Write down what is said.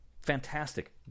fantastic